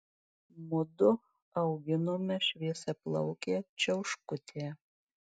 mudu auginome šviesiaplaukę čiauškutę